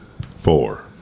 four